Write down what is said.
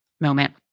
moment